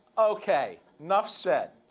ok. enough said.